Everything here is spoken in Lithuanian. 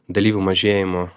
dalyvių mažėjimo